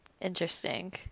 interesting